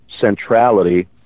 centrality